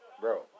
Bro